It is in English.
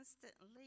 constantly